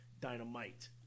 Dynamite